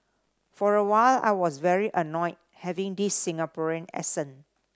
for a while I was very annoyed having this Singaporean accent